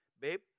babe